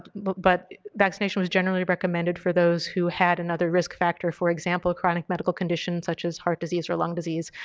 but but vaccination was generally recommended for those who had another risk factor, for example, chronic medical conditions such as heart disease or lung disease,